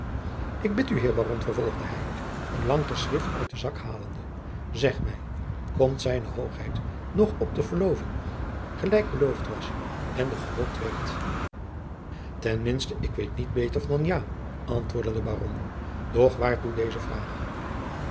ik bid u heer baron vervolgde hij een lang geschrift uit den zak halende zeg mij komt zijne hoogheid nog op de verloving gelijk beloofd was ende gehoopt werd ten minste ik weet niet beter dan ja antwoordde de baron doch waartoe deze vraag